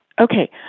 Okay